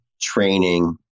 training